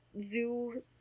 zoo